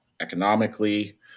economically